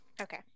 Okay